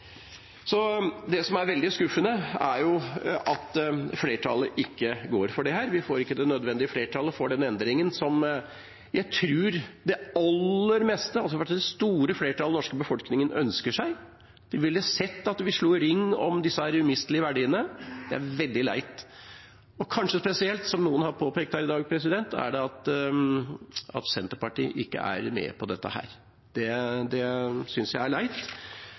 Det som er veldig skuffende, er at flertallet ikke går for dette, vi får ikke det nødvendige flertallet for den endringen som jeg tror det store flertallet av den norske befolkningen ønsker seg. Jeg skulle gjerne sett at vi slo ring om disse umistelige verdiene. Det er veldig leit, og kanskje spesielt – som noen har påpekt her i dag – at Senterpartiet ikke er med på dette. Det synes jeg er leit,